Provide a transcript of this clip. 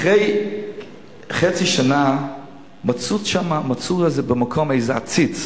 אחרי חצי שנה מצאו במקום איזה עציץ,